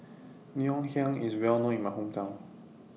Ngoh Hiang IS Well known in My Hometown